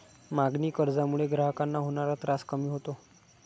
मागणी कर्जामुळे ग्राहकांना होणारा त्रास कमी होतो